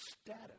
status